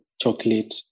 chocolate